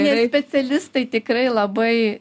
nes specialistai tikrai labai